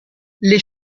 les